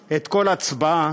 את כל ההצבעה,